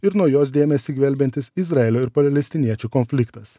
ir nuo jos dėmesį gvelbiantis izraelio ir palelestiniečių konfliktas